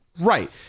Right